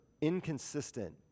inconsistent